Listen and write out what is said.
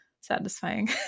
satisfying